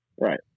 right